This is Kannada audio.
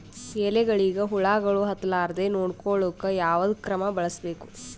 ಎಲೆಗಳಿಗ ಹುಳಾಗಳು ಹತಲಾರದೆ ನೊಡಕೊಳುಕ ಯಾವದ ಕ್ರಮ ಬಳಸಬೇಕು?